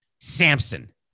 Samson